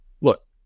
look